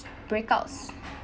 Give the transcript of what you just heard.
breakouts